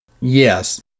Yes